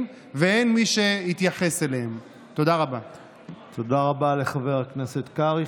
שלא לדבר על אלה שמודים, קרימינולוגים,